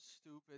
stupid